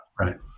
Right